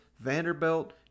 Vanderbilt